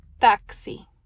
taxi